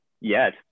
Yes